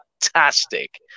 fantastic